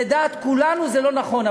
שלדעת כולנו זה לא נכון,